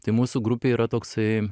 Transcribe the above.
tai mūsų grupė yra toksai